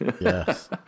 Yes